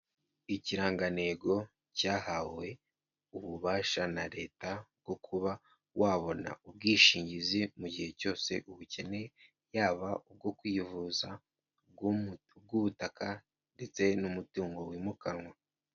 Ikirangantego cyahawe ububasha na leta bwo kuba wabona ubwishingizi mu gihe cyose ubukeneye, yaba ubwo kwivuza, ubw'ubutaka ndetse n'umutungo wimukanwa.